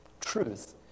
truth